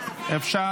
שכאלה.